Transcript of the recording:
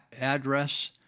address